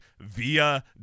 via